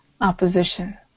opposition